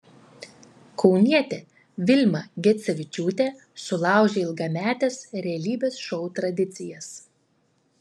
kaunietė vilma gecevičiūtė sulaužė ilgametes realybės šou tradicijas